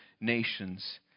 nations